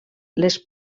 les